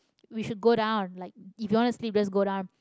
we should go down like if you want to sleep just go down